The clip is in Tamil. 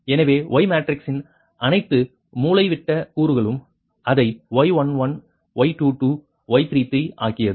எனவே Y மேட்ரிக்ஸின் அனைத்து மூலைவிட்ட கூறுகளும் அதை Y11 Y22 Y33 ஆக்கியது